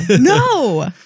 No